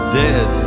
dead